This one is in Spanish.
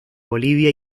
bolivia